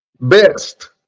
best